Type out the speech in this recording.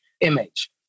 Image